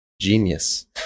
Genius